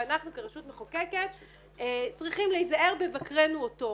ואנחנו כרשות מחוקקת צריכים להיזהר בבקרינו אותו.